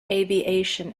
aviation